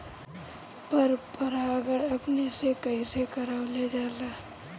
पर परागण अपने से कइसे करावल जाला?